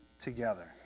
together